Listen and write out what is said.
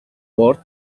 board